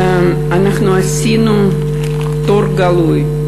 אנחנו עשינו תור גלוי,